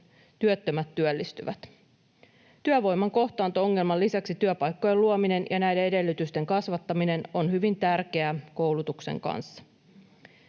työttömät työllistyvät. Työvoiman kohtaanto-ongelman lisäksi työpaikkojen luominen ja näiden edellytysten kasvattaminen on hyvin tärkeää koulutuksen kanssa.